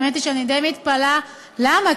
האמת היא שאני די מתפלאת, למה?